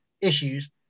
issues